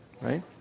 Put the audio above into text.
Right